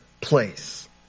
place